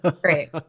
Great